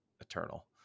eternal